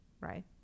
right